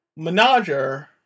Menager